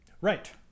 right